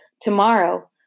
Tomorrow